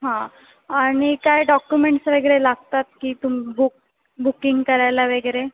हां आणि काय डॉक्युमेंट्स वगैरे लागतात की तुम बुक बुकिंग करायला वगैरे